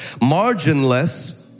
Marginless